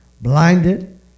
blinded